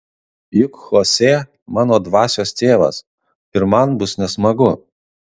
juk chosė mano dvasios tėvas ir man bus nesmagu